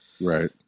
right